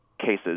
cases